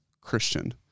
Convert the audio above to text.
Christian